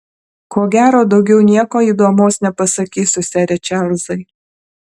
ko gero daugiau nieko įdomaus nepasakysiu sere čarlzai